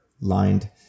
lined